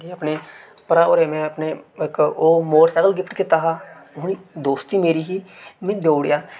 जि'यां अपने भ्राऽ होरें गी में अपने इक ओह् मोटरसैकल गिफ्ट कीता हा दोस्ती मेरी ही मी देई ओड़ेआ